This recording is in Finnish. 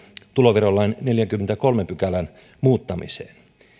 tuloverolain neljännenkymmenennenkolmannen pykälän muuttamisena